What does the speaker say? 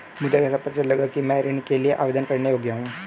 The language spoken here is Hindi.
मुझे कैसे पता चलेगा कि मैं ऋण के लिए आवेदन करने के योग्य हूँ?